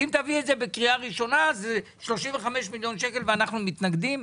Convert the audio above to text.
מדובר על 35 מיליון שקל ואתם מתנגדים?